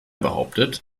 behauptet